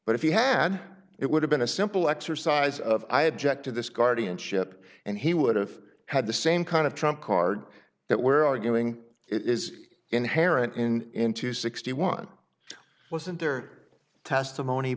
but if you had it would have been a simple exercise of i object to this guardianship and he would have had the same kind of trump card that we're arguing it is inherent in into sixty one wasn't there testimony